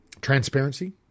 Transparency